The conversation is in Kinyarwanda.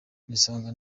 nisanga